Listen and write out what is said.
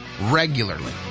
regularly